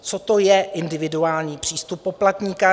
Co to je individuální přístup poplatníka?